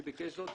שביקש זאת,